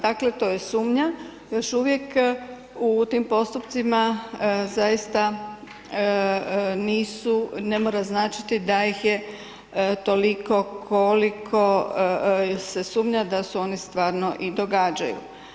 Dakle, to je sumnja još uvijek u tim postupcima zaista nisu, ne mora značiti da ih je toliko koliko se sumnja da su oni stvarno i događaju.